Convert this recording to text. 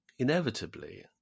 inevitably